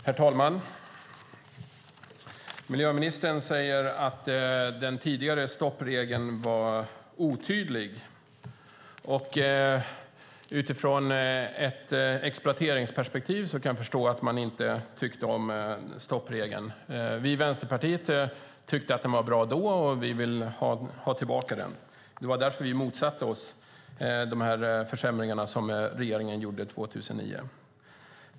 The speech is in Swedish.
Herr talman! Miljöministern säger att den tidigare stoppregeln var otydlig. Utifrån ett exploateringsperspektiv kan jag förstå att man inte tyckte om den. Vi i Vänsterpartiet tyckte att den var bra, och vi vill ha tillbaka den. Det var därför vi motsatte oss de försämringar som regeringen gjorde 2009.